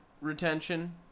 retention